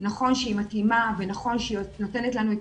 נכון שהיא מתאימה ונכון שהיא נותנת לנו את